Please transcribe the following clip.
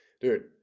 Dude